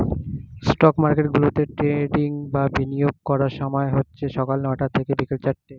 stock মার্কেটগুলোতে trading বা বিনিয়োগ করার সময় হচ্ছে সকাল নয়টা থেকে বিকেল চারটে